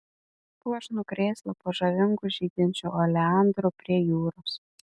puošnų krėslą po žavingu žydinčiu oleandru prie jūros